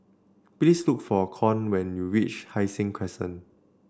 please look for Con when you reach Hai Sing Crescent